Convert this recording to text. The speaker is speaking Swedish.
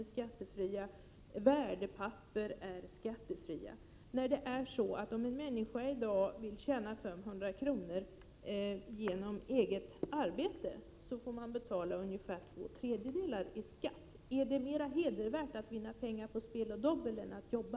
är skattefria och att värdepapper är skattefria, när den som i dag vill tjäna 500 kr. genom eget arbete får betala ungefär två tredjedelar i skatt? Är det mera hedervärt att vinna pengar på spel och dobbel än att jobba?